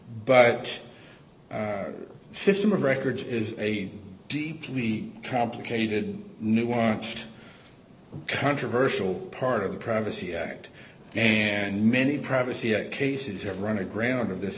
but system of records is a deeply complicated nuanced controversial part of the privacy act and many privacy it cases have run aground of this